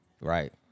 Right